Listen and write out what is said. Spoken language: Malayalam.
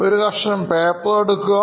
ഒരു കഷണം പേപ്പർ എടുക്കുക